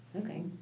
Okay